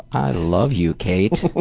i love you, kate.